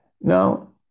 Now